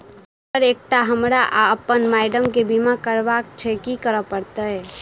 Sir एकटा हमरा आ अप्पन माइडम केँ बीमा करबाक केँ छैय की करऽ परतै?